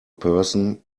person